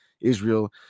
Israel